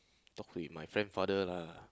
talk with my friend father lah